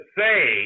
say